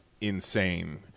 insane